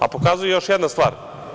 Pokazuje još jedna stvar.